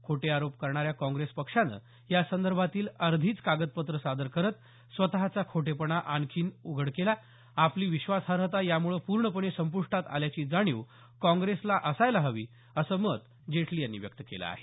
खोटे आरोप करणाऱ्या काँग्रेस पक्षानं यासंदर्भातील अर्धीच कागदपत्रं सादर करत स्वतचा खोटेपणा आणखीच उघड केला आपली विश्वसार्हता यामुळे पूर्णपणे संपृष्टात आल्याची जाणीव काँग्रेसला असायला हवी असं मत जेटली यांनी व्यक्त केलं आहे